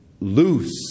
loose